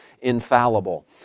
infallible